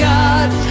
God